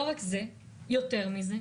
יותר מזה,